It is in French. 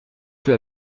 peu